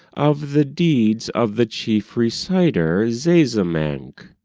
of the deeds of the chief reciter zazamankh.